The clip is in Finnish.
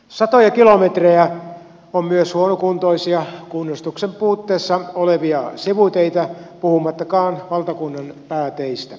satoja kilometrejä on myös huonokuntoisia kunnostuksen puutteessa olevia sivuteitä puhumattakaan valtakunnan pääteistä